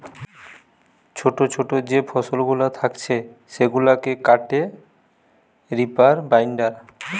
ছোটো ছোটো যে ফসলগুলা থাকছে সেগুলাকে কাটে রিপার বাইন্ডার